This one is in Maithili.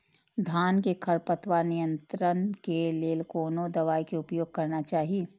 धान में खरपतवार नियंत्रण के लेल कोनो दवाई के उपयोग करना चाही?